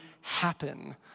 happen